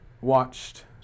watched